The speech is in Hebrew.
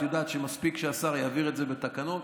את יודעת שמספיק שהשר יעביר את זה בתקנות.